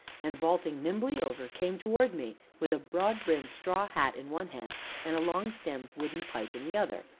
and, vaulting nimbly over, came towards me, with a broad-brimmed straw hat in one hand and a long-stemmed wooden pipe in the other.